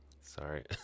Sorry